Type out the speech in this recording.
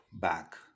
back